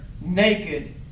naked